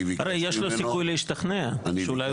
הרי יש לו סיכוי להשתכנע שאולי הוא טועה.